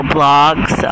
blogs